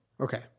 Okay